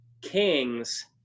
kings